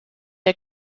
der